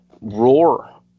Roar